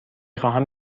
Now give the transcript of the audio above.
خواهم